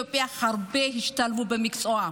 הרבה יוצאי אתיופיה השתלבו במקצוע.